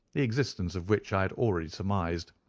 the existence of which i had already surmised.